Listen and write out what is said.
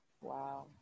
Wow